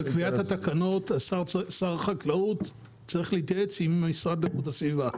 בקביעת התקנות שר החקלאות צריך להתייעץ עם משרד איכות הסביבה.